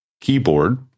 keyboard